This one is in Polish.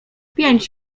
pięć